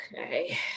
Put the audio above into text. Okay